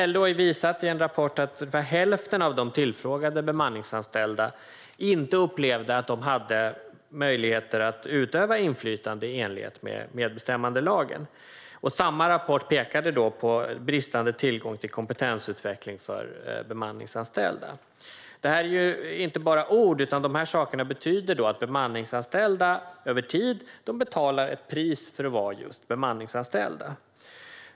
LO har visat i en rapport att ungefär hälften av de tillfrågade bemanningsanställda inte upplevde att de hade möjligheter att utöva inflytande i enlighet med medbestämmandelagen. Samma rapport pekade på bristande tillgång till kompetensutveckling för bemanningsanställda. Detta är inte bara ord, utan det betyder att de bemanningsanställda över tid betalar ett pris för att vara just bemanningsanställda.